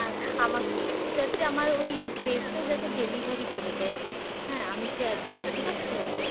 আর আমাকে একটু যাতে আমার ওই প্রেসে যাতে ডেলিভারি করে দেয় হ্যাঁ আমি যে অ্যাড্রেসটা দেবো সেই আচ্ছা